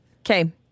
Okay